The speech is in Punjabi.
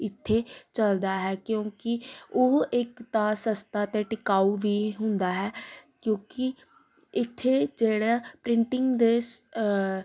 ਇੱਥੇ ਚਲਦਾ ਹੈ ਕਿਉਂਕਿ ਉਹ ਇੱਕ ਤਾਂ ਸਸਤਾ ਅਤੇ ਟਿਕਾਊ ਵੀ ਹੁੰਦਾ ਹੈ ਕਿਉਂਕਿ ਇੱਥੇ ਜਿਹੜਾ ਪ੍ਰਿੰਟਿੰਗ ਦੇ